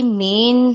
main